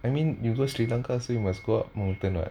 I mean you go sri lanka also you must go up mountain [what]